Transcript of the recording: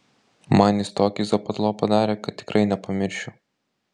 man jis tokį zapadlo padarė kad tikrai nepamiršiu